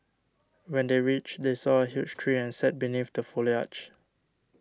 when they reached they saw a huge tree and sat beneath the foliage